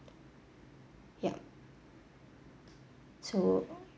yup so